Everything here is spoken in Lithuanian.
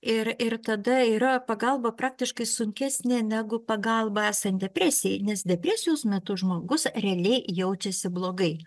ir ir tada yra pagalba praktiškai sunkesnė negu pagalba esant depresijai nes depresijos metu žmogus realiai jaučiasi blogai